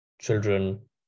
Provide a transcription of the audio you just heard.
children